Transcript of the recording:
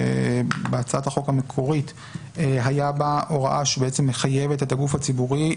בהצעת החוק המקורית הייתה הוראה שמחייבת את הגוף הציבורי